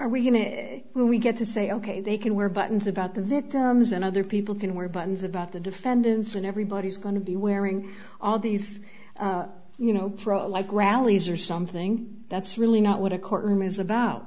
are we going to when we get to say ok they can wear buttons about the victims and other people can wear buttons about the defendants and everybody's going to be wearing all these you know pro like rallies or something that's really not what a courtroom is about